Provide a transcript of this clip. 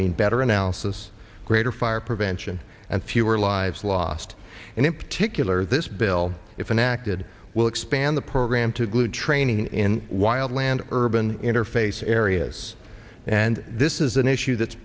mean better analysis greater fire prevention and fewer lives lost and in particular this bill if an acted will expand the program to good training in wild land urban interface areas and this is an issue that's